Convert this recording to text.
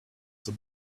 the